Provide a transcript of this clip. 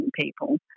people